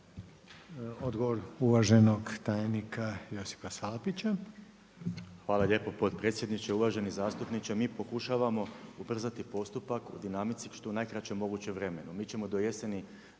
Odgovor uvaženog tajnika Josipa Salapića. **Salapić, Josip (HDSSB)** Hvala lijepo potpredsjedniče. Uvaženi zastupniče. Mi pokušavamo ubrzati postupak u dinamici u što najkraćem mogućem vremenu.